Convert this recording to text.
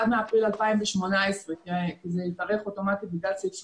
אפריל 2018. זה התארך אוטומטית בגלל סעיף 38,